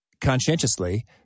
conscientiously